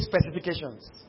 specifications